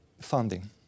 funding